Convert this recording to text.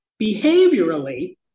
behaviorally